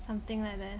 something like that